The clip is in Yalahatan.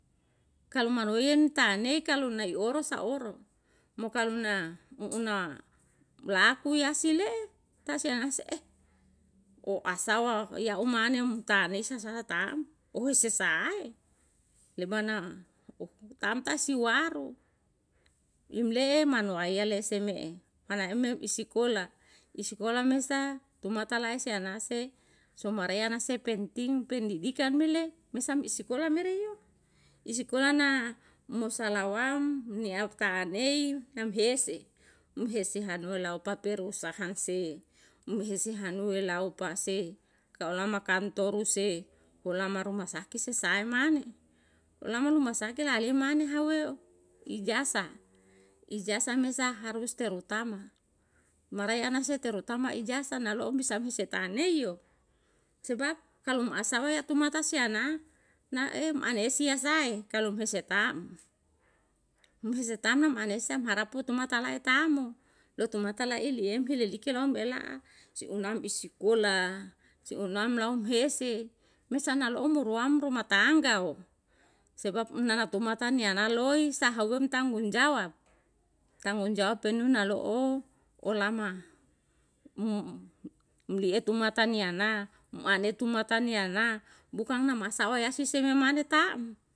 Kalo manuin tani ka kalo nai oro saoro, mo kalo na uuna laku yasile tasiasi eh oh asawa iya uma anem tanisa sa taem oh se sae. Lebana ok tamtasi waru im lee manu waileseme mana eme isikola isikola mesa tumatalaise nase sumarea nase penting pendidikan mele mesam isikola mereo, isikola na mo salawam niaftanei namhese hesi hano lao paperusahan se mahesi hano lao pase kalo makantoruse kolama rumasaki sisae mane, lamo rumasakit lalemane hawe ijazah, ijazah mesa harus terutama mareyanase terutama ijazah nalo bisa misataneyo sebab kalo masa eu atumata siana nae manesia sae kalo hesetaem, hesetaem manesa maraputu matalae tamu lutumata laili emhi liliki lomu bela si unam isikola, si unam lauhesi mesana lomu ruamru matangga o sebab nana tumatania naloi sahumta tanggung jawab, tanggung jawab penunalo o olama lietuma tania na matani ana bukan nama sawai hasisememane taem.